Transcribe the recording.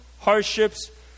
hardships